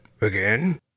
again